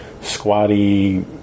squatty